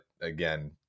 again